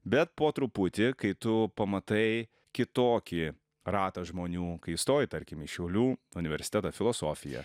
bet po truputį kai tu pamatai kitokį ratą žmonių kai stoji tarkim į šiaulių universitetą filosofiją